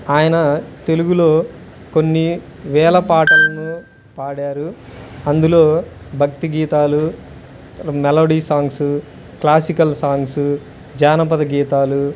ఆయన తెలుగులో కొన్ని వేల పాటలను పాడారు అందులో భక్తి గీతాలు మెలోడీ సాంగ్సు క్లాసికల్ సాంగ్సు జానపద గీతాలు